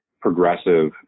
progressive